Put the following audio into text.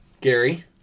Gary